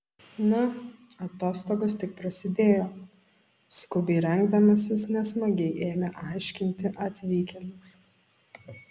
na atostogos tik prasidėjo skubiai rengdamasis nesmagiai ėmė aiškinti atvykėlis